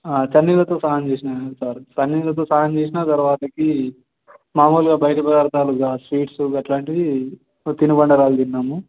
చన్నీళ్ళతో స్నానం చేశాను సారు చన్నీళ్ళతో స్నానం చేసిన తరువాత మామూలుగా బయటి పదార్థాలు ఇక స్వీట్స్ అలాంటివి తినుబండారాలు తిన్నాము